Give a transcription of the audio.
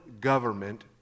government